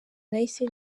nahise